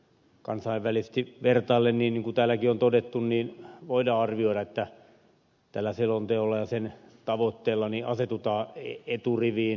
kansainvälisesti vertaillen niin kuin täälläkin on todettu voidaan arvioida että tällä selonteolla ja sen tavoitteilla asetutaan eturiviin